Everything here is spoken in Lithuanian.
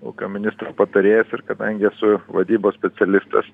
ūkio ministro patarėjas ir kadangi esu vadybos specialistas